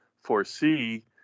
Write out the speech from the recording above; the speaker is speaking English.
foresee